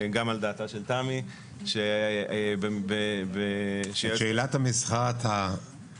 גם על דעתה של תמי --- את שאלת המסחר אתה מעמיד